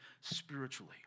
spiritually